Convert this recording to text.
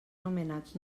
nomenats